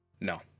no